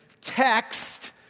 text